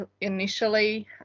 initially